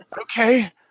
Okay